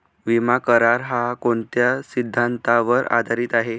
विमा करार, हा कोणत्या सिद्धांतावर आधारीत आहे?